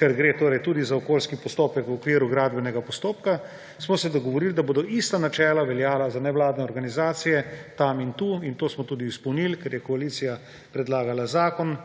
gre torej tudi za okoljski postopek v okviru gradbenega postopka, smo se dogovorili, da bodo ista načela veljala za nevladne organizacije tam in tu. In to smo tudi izpolnili, ker je koalicija predlagala zakon,